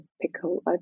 pickle